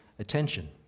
Attention